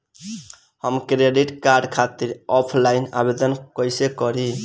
हम credit card खातिर offline आवेदन कइसे करि?